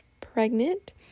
pregnant